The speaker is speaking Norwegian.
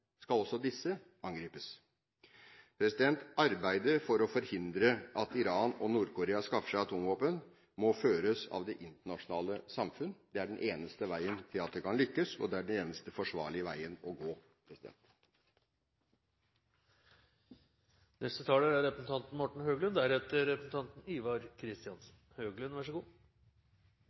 skal landet gjøre hvis naboland som Saudi-Arabia eller Egypt også skulle ønske å skaffe seg atomvåpen? Skal også disse angripes? Arbeidet for å forhindre at Iran og Nord-Korea skaffer seg atomvåpen, må føres av det internasjonale samfunn. Det er den eneste veien til at vi kan lykkes, og det er den eneste forsvarlige veien å gå.